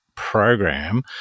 Program